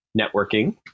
networking